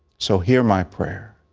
so hear my prayer.